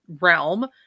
realm